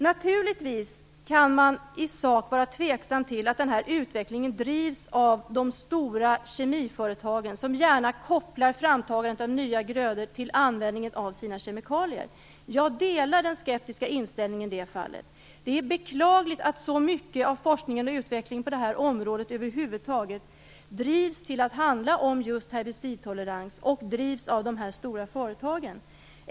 Naturligtvis kan man i sak vara tveksam till att den här utvecklingen drivs av de stora kemiföretagen, som gärna kopplar framtagandet av nya grödor till användningen av sina kemikalier. Jag delar den skeptiska inställningen i det fallet. Det är beklagligt att så mycket av forskningen och utvecklingen på det här området handlar om just herbicidtolerans och drivs av de här stora företagen.